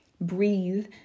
breathe